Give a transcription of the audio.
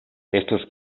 estos